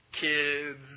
kids